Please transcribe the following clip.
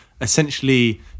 essentially